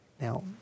now